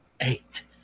eight